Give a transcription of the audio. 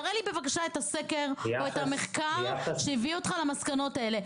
תראה לי בבקשה את הסקר או את המחקר שהביא אותך למסקנות הללו.